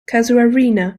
casuarina